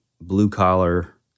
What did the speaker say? blue-collar